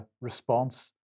response